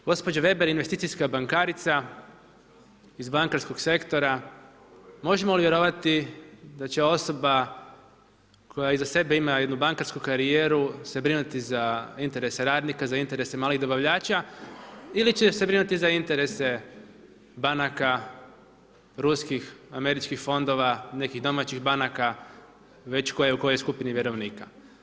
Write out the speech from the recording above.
Gospođa Weber je investicijska bankarica iz bankarskog sektora, možemo li vjerovati da će osoba koja iza sebe ima jednu bankarsku karijeru se brinuti za interese radnika, za interese malih dobavljača ili će se brinuti za interese banaka, ruskih, američkih fondova, nekih domaćih banaka već koja je u kojoj skupini vjerovnika?